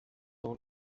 own